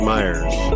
Myers